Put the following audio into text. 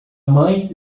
mãe